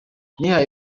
nihaye